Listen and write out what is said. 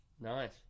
Nice